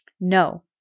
No